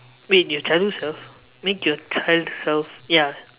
make your childhood self make your child self ya